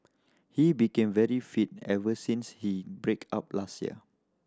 he became very fit ever since he break up last year